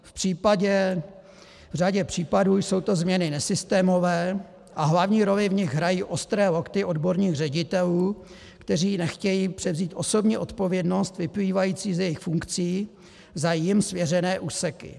V řadě případů jsou to změny nesystémové a hlavní roli v nich hrají ostré lokty odborných ředitelů, kteří nechtějí převzít osobní odpovědnost vyplývající z jejich funkcí za jim svěřené úseky.